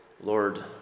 Lord